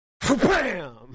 BAM